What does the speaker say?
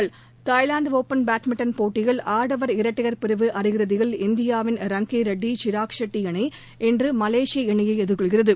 விளையாட்டுச் செய்திகள் Thailand open badminton போட்டியில் ஆடவர் இரட்டையர் பிரிவு அரையிறுதியில் இந்தியாவின் ரங்கி ரெட்டி சிராக் ஷெட்டி இணை இன்று மலேசிய இணையை எதிர்கொள்கிறது